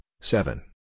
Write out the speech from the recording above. seven